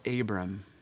Abram